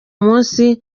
munsi